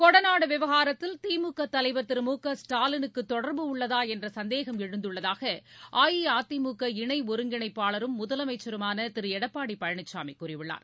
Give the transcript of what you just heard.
கொடநாடு விவகாரத்தில் திமுக தலைவா் திரு மு க ஸ்டாலினுக்கு தொடா்பு உள்ளதா என்ற சந்தேகம் எழுந்துள்ளதாக அஇஅதிமுக இணை ஒருங்கிணைப்பாளரும் முதலமைச்சருமான திரு எடப்பாடி பழனிசாமி கூறியுள்ளார்